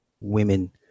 Women